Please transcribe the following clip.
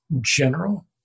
general